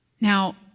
Now